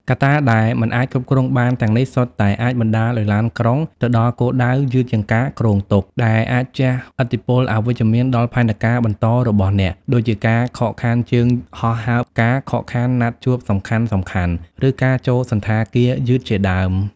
កត្តាដែលមិនអាចគ្រប់គ្រងបានទាំងនេះ សុទ្ធតែអាចបណ្តាលឱ្យឡានក្រុងទៅដល់គោលដៅ យឺតជាងការគ្រោងទុក ដែលអាចជះឥទ្ធិពលអវិជ្ជមានដល់ផែនការបន្តរបស់អ្នក ដូចជាការខកខានជើងហោះហើរ ការខកខានណាត់ជួបសំខាន់ៗ ឬការចូលសណ្ឋាគារយឺតជាដើម។